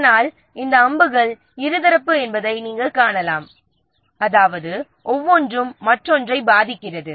ஆனால் இந்த அம்புகள் இருதரப்பு என்பதை நாம் காணலாம் அதாவது ஒவ்வொன்றும் மற்றொன்றை பாதிக்கிறது